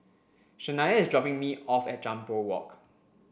Shania is dropping me off at Jambol Walk